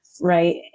right